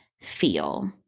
feel